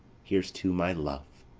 here's to my love!